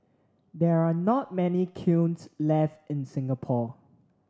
there are not many kilns left in Singapore